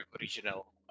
original